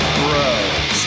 bro